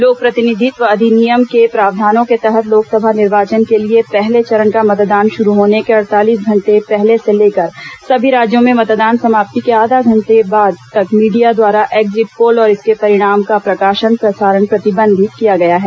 लोक प्रतिनिधित्व अधिनियम के प्रावधानों के तहत लोकसभा निर्वाचन के लिए पहले चरण का मतदान शुरू होने के अड़तालीस घंटे पहले से लेकर सभी राज्यों में मतदान समाप्ति के आधा घंटे बाद तक मीडिया द्वारा एक्जिट पोल और इसके परिणाम का प्रकाशन प्रसारण प्रतिबंधित किया गया है